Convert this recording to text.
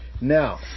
Now